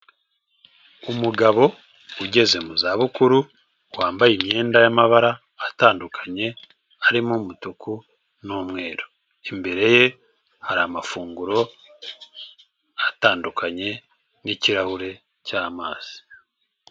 Umugabo ugeze mu za bukuru wambaye imyenda y'amabara atandukanye harimo umutuku n'umweru imbere ye hari amafunguro atandukanye n'ikirahure cy'amazi.